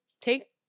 take